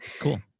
Cool